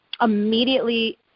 immediately